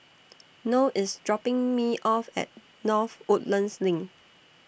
Noe IS dropping Me off At North Woodlands LINK